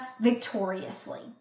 victoriously